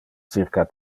circa